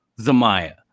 Zamaya